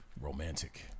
Romantic